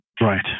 Right